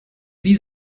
wie